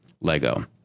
Lego